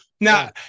now